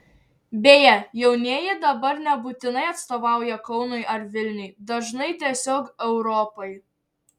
beje jaunieji dabar nebūtinai atstovauja kaunui ar vilniui dažnai tiesiog europai